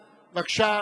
בבקשה,